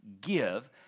give